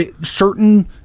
certain